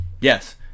Yes